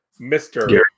Mr